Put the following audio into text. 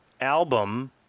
album